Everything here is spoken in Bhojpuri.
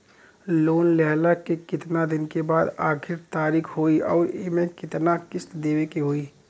लोन लेहला के कितना दिन के बाद आखिर तारीख होई अउर एमे कितना किस्त देवे के होई?